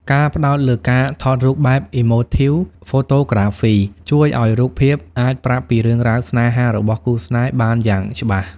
ការផ្ដោតលើការថតរូបបែប Emotive Photography ជួយឱ្យរូបភាពអាចប្រាប់ពីរឿងរ៉ាវស្នេហារបស់គូស្នេហ៍បានយ៉ាងច្បាស់។